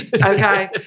Okay